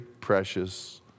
precious